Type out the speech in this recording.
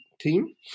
team